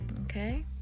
okay